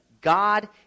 God